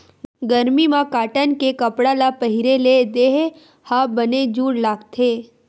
गरमी म कॉटन के कपड़ा ल पहिरे ले देहे ह बने जूड़ लागथे